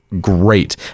great